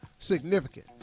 significant